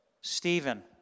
Stephen